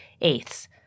eighths